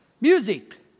Music